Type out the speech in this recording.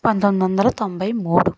పంతొమ్మిదొందల తొంభై మూడు